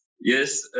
Yes